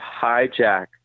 hijack